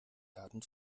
daten